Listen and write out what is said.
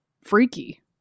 freaky